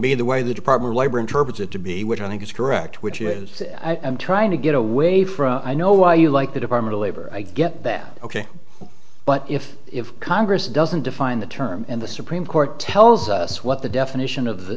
be the way the department of labor interpret it to be which i think is correct which is i'm trying to get away from i know why you like the department of labor i get that ok but if if congress doesn't define the term in the supreme court tells us what the definition of